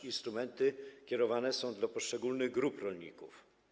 Instrumenty kierowane są do poszczególnych grup rolników.